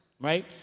right